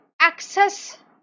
access